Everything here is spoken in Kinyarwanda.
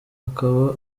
akaba